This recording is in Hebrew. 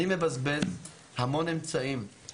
אני מבזבז המון אמצעים, המון זמן.